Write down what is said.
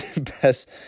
Best